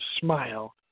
smile